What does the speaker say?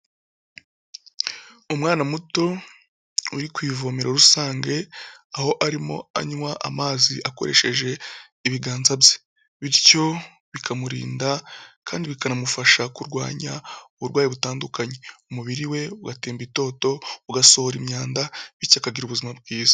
Umwana muto uri ku ivomero rusange aho arimo anywa amazi akoresheje ibiganza bye bityo bikamurinda kandi bikanamufasha kurwanya uburwayi butandukanye, umubiri we ugatemba itoto, ugasohora imyanda bityo akagira ubuzima bwiza.